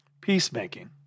Peacemaking